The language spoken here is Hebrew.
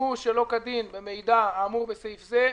שימוש שלא כדין במידע האמור בסעיף זה,